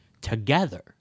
together